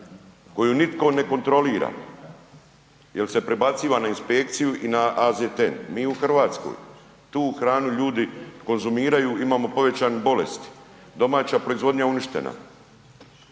koju nitko ne kontrolira jer se prebaciva na inspekciju i na AZTN. Mi u Hrvatskoj tu hranu ljudi konzumiraju, imamo povećanu bolest. Domaća proizvodnja je uništena.